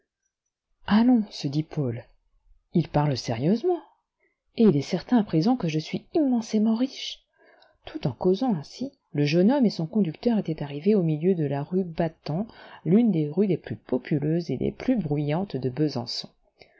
allons se dit paul il parle sérieusement et il est certain à présent que je suis immensément riche tout en causant ainsi le jeune homme et son conducteur étaient arrivés au milieu delà rue battans l'une des rues les plus populeuses et les plus bruyantes de besançon